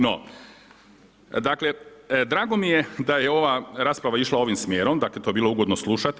No, dakle, drago mi je da je ova rasprava išla ovim smjerom, dakle to je bilo ugodno slušati.